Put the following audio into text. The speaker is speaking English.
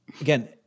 again